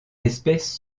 espèce